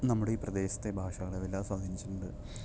നമ്മുടെ ഈ പ്രദേശത്തെ ഭാഷകളെ വല്ലാതെ സ്വാധീനിച്ചിട്ടുണ്ട്